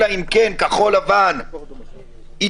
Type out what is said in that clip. אלא אם כן כחול לבן יתעשתו,